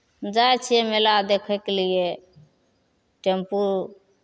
जाइ छियै मेला देखयके लिए टेम्पू